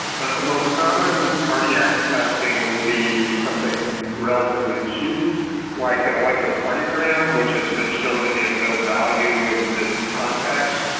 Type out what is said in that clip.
but the most common cardiac testing would be something relatively cheap like an electrocardiogram, which has been shown to be of no value in this context,